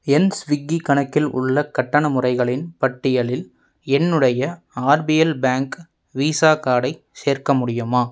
என் Swiggy கணக்கில் உள்ள கட்டண முறைகளின் பட்டியலில் என்னுடைய ஆர்பிஎல் பேங்க் வீஸா கார்டை சேர்க்க முடியுமா